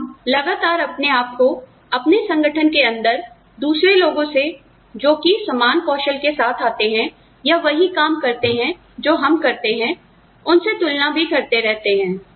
हम लगातार अपने आपको अपने संगठन के अंदर दूसरे लोगों से जोकि समान कौशल के साथ आते हैं या वही काम करते हैं जो हम करते हैं उनसे तुलना भी करते रहते हैं